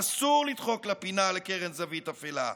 אסור לדחוק לפינה, לקרן זווית אפלה.